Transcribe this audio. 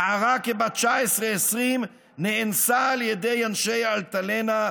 נערה כבת 19 20 נאנסה על ידי אנשי אלטלנה,